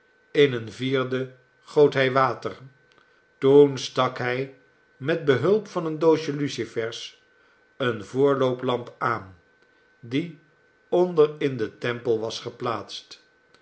in een vierde goot hij water toen stak hij met behulp van een doosje lucifers eene voorlooplamp aan die onder in den tempel was geplaatst